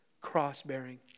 cross-bearing